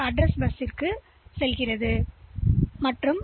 இந்த இப்போது ஆர்